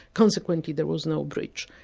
consequently there was no breach.